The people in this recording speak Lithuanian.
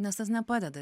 nes tas nepadeda